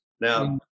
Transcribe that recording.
Now